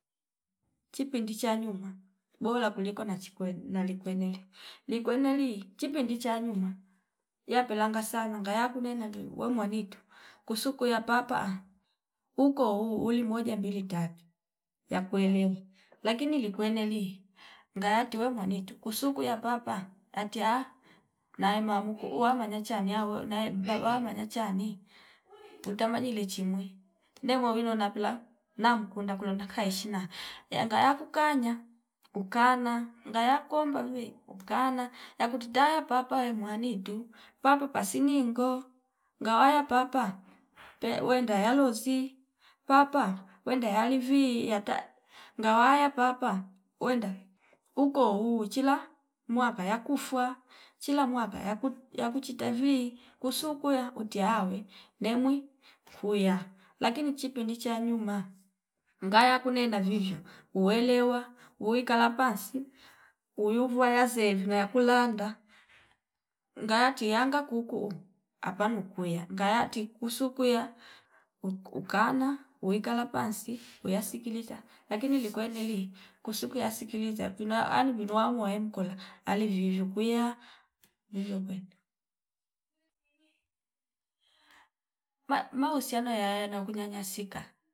Chipindi cha nyuma bola kuliko nachikwele nalikweli likweneli chipindi cha nyuma yapelanga sana ngaya kunena we mwanito kusukuya papa ukouu uli moja mbili tatu yakuelewa lakini likweneli ngaya tiwe mwanito kusukuya papa atii ahh naya mamko uwa vanya chaa niya wo naye mpava manya chani utamanyi lechimwi nemwewino napela namkunda kulondoka kaishina yanga ya kukanya ukana ngaya kuomba vi ukala yakutita yapapa we mwanitu papo pasiningo ngawaya papa pe wenda yalosi papa wenda yalivi yata ngawaya papa wenda uko uu chila mwaka ya kufa chila mwaka yaku yakichita vi kusukuya kutia awe nemwi kuya lakini chipindi cha nyuma ngaya kunena vivyo uwelewa uwikala pasi uyuvwa yasevi ngaya kuland ngaati yanga kukuu apanu kuya ngayati kusu kwiya uk- ukala wikala pasi uyasikiliza lakini likweneli kusuku yasikiliza twino ali vino wangae nkola ali vivyo kwia vivyo kwele, ma- mahusiano yayana kwinya nyanyasika